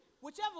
Whichever